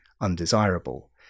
undesirable